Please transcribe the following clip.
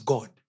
God